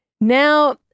Now